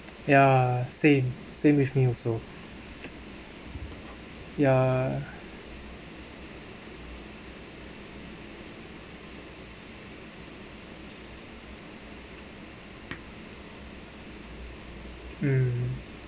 ya same same with me also ya mm